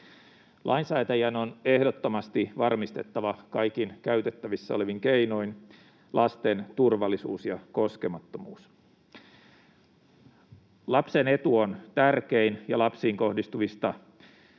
Lainsäätäjän on ehdottomasti varmistettava kaikin käytettävissä olevin keinoin lasten turvallisuus ja koskemattomuus. Lapsen etu on tärkein, ja lapsiin kohdistuvista rikoksista